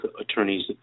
attorneys